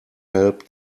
help